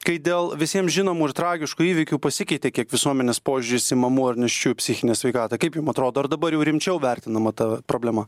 kai dėl visiems žinomų ir tragiškų įvykių pasikeitė kiek visuomenės požiūris į mamų ar nėščių psichinę sveikatą kaip jum atrodo ar dabar jau rimčiau vertinama ta problema